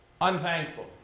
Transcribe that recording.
Unthankful